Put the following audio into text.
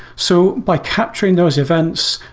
so by capturing those events,